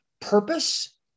purpose